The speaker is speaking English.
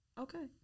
okay